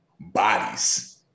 Bodies